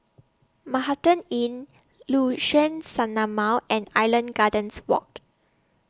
Manhattan Inn Liuxun Sanhemiao and Island Gardens Walk